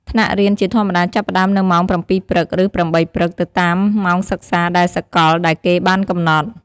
ថ្នាក់រៀនជាធម្មតាចាប់ផ្ដើមនៅម៉ោង ៧ ព្រឹក ឬ ៨ ព្រឹក ទៅតាមម៉ោងសិក្សាដែលសកលដែលគេបានកំណត់។